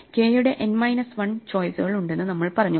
K യുടെ n minus 1 ചോയ്സുകൾ ഉണ്ടെന്ന് നമ്മൾ പറഞ്ഞു